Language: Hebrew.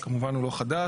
הוא כמובן לא חדש,